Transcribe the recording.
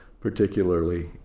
particularly